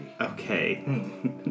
Okay